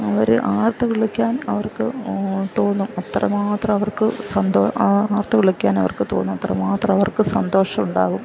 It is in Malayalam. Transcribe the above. അവർ ആർത്തു വിളിക്കാൻ അവർക്ക് തോന്നും അത്രമാത്രം സന്തോഷം ആർത്തു വിളിക്കാൻ അവർക്ക് തോന്നും അത്രമാത്രം അവർക്ക് സന്തോഷം ഉണ്ടാവും